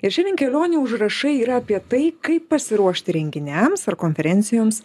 ir šiandien kelionių užrašai yra apie tai kaip pasiruošti renginiams ar konferencijoms